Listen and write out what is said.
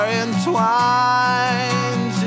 entwined